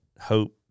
Hope